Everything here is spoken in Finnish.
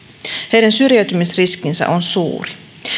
heidän syrjäytymisriskinsä on suuri